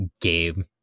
game